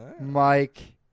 Mike